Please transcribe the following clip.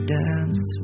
dance